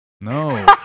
No